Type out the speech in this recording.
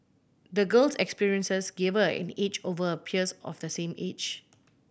the girl's experiences gave her an edge over her peers of the same age